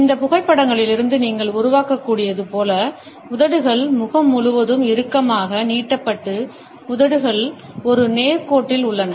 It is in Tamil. இந்த புகைப்படங்களிலிருந்து நீங்கள் உருவாக்கக்கூடியது போல உதடுகள் முகம் முழுவதும் இறுக்கமாக நீட்டப்பட்டு உதடுகள் ஒரு நேர் கோட்டில் உள்ளன